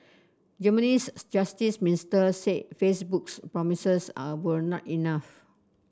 Germany's justice minister said Facebook's promises are were not enough